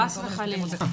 חס וחלילה.